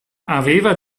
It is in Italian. aveva